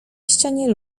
ścianie